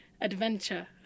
adventure